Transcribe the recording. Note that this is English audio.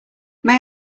may